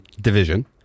division